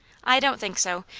i don't think so.